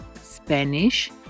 Spanish